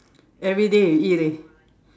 everyday you eat leh